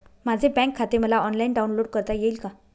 माझे बँक खाते मला ऑनलाईन डाउनलोड करता येईल का?